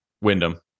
Wyndham